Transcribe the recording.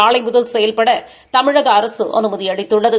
நாளை முதல் செயல்பட தமிழக அரசு அனுமதி அளித்துள்ளது